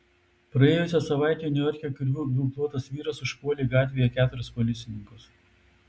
praėjusią savaitę niujorke kirviu ginkluotas vyras užpuolė gatvėje keturis policininkus